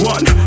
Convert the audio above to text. One